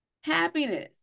happiness